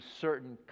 certain